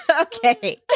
Okay